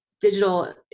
digital